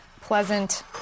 pleasant